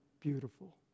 beautiful